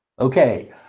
Okay